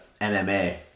MMA